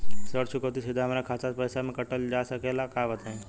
ऋण चुकौती सीधा हमार खाता से पैसा कटल जा सकेला का बताई जा?